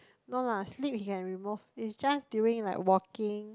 no lah sleep he can remove it's just during like walking